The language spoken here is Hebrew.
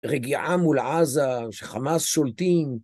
רגיעה מול עזה, שחמאס שולטים.